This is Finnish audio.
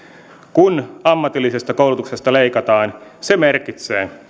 kun ammatillisesta koulutuksesta leikataan se merkitsee